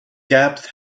gaps